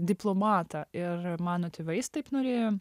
diplomatą ir mano tėvais taip norėjo